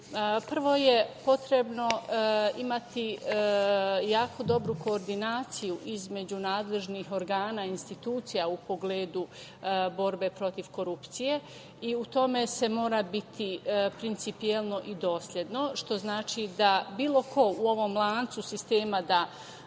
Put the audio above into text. je potrebno imati jako dobru koordinaciju između nadležnih organa institucija u pogledu borbe protiv korupcije, i u tome se mora biti principijelno i dosledno, što znači da bilo ko u ovom lancu sistema ima